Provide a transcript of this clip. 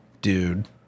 Dude